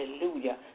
Hallelujah